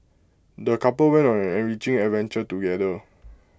the couple went on an enriching adventure together